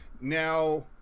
Now